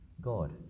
God